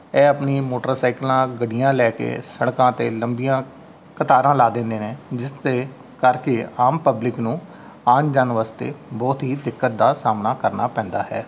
ਇਹ ਆਪਣੀ ਮੋਟਰਸਾਇਕਲਾਂ ਗੱਡੀਆਂ ਲੈ ਕੇ ਸੜਕਾਂ 'ਤੇ ਲੰਬੀਆਂ ਕਤਾਰਾਂ ਲਾ ਦਿੰਦੇ ਨੇ ਜਿਸ ਦੇ ਕਰਕੇ ਆਮ ਪਬਲਿਕ ਨੂੰ ਆਉਣ ਜਾਣ ਵਾਸਤੇ ਬਹੁਤ ਹੀ ਦਿੱਕਤ ਦਾ ਸਾਹਮਣਾ ਕਰਨਾ ਪੈਂਦਾ ਹੈ